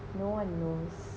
no one knows